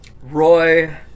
Roy